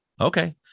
Okay